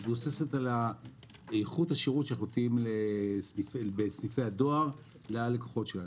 מבוססת על איכות השירות שאנחנו נותנים בסניפי הדואר ללקוחות שלנו,